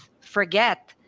forget